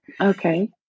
Okay